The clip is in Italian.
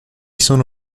sono